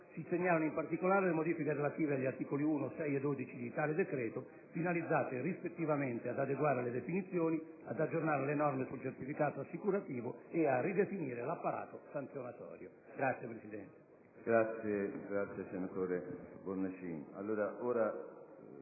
Si segnalano in particolare, le modifiche relative agli articoli 1, 6 e 12 di tale decreto, finalizzate, rispettivamente, ad adeguare le definizioni, ad aggiornare le norme sul certificato assicurativo e a ridefinire l'apparato sanzionatorio.